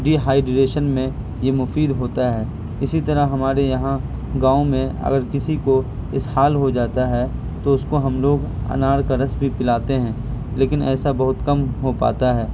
dehydration میں یہ مفید ہوتا ہے اسی طرح ہمارے یہاں گاؤں میں اگر کسی کو اسہال ہو جاتا ہے تو اس کو ہم لوگ انار کا رس بھی پلاتے ہیں لیکن ایسا بہت کم ہو پاتا ہے